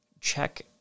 check